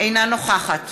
אינה נוכחת